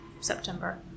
September